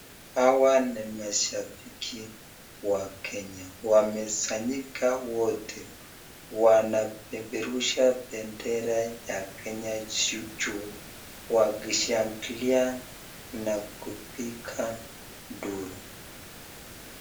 Hawa ni mashabiki wa Kenya. Wamesanyika wote. Wanapeperusha bendera ya Kenya juu wakishangilia na kupiga nduru.